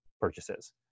purchases